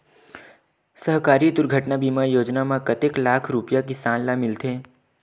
सहकारी दुर्घटना बीमा योजना म कतेक लाख रुपिया किसान ल मिलथे?